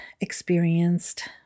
experienced